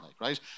right